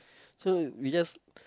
so we just